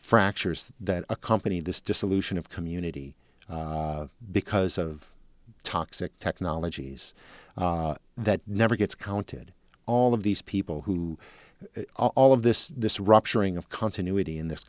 fractures that accompany this dissolution of community because of toxic technologies that never gets counted all of these people who all of this this rupturing of continuity in this